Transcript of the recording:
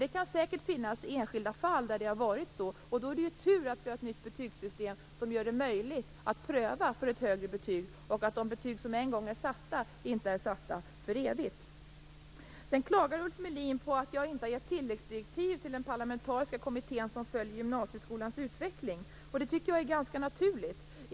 Det kan säkert finnas enskilda fall där det har varit så, och med tanke på det är det ju tur att vi har ett nytt betygssystem som gör det möjligt att pröva för ett högre betyg och att de betyg som en gång är satta inte är satta för evigt. Ulf Melin klagar på att jag inte har gett tilläggsdirektiv till den parlamentariska kommittén som följer gymnasieskolans utveckling. Jag tycker att det är ganska naturligt.